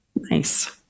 Nice